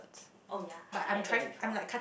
oh ya feel like you told me before